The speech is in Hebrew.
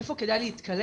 איפה כדאי להתקלח,